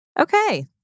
Okay